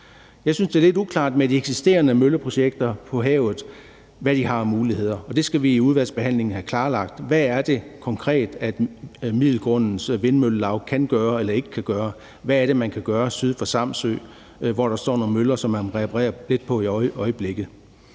Jeg synes, det er lidt uklart, hvad de eksisterende mølleprojekter på havet har af muligheder, og det skal vi i udvalgsbehandlingen have klarlagt. Hvad er det konkret, Middelgrundens Vindmøllelaug kan gøre eller ikke kan gøre? Hvad er det, man kan gøre syd for Samsø, hvor der står nogle møller, som man reparerer lidt på i øjeblikket?